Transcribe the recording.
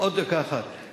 עוד דקה אחת.